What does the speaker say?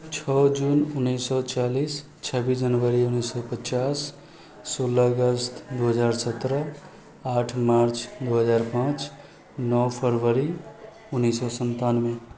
छओ जून उन्नैस सए छिआलिस छब्बीस जनवरी उन्नीस सए पचास सोलह अगस्त दू हजार सत्रह आठ मार्च दू हजार पाँच नओ फरवरी उन्नीस सए सन्तानबे